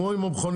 כמו עם המכוניות,